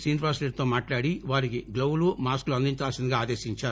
శ్రీనివాస్ రెడ్డితో మాట్లాడి వారికి గ్లోవ్స్ మాస్కులు అందించాల్సిందిగా ఆదేశించారు